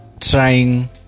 trying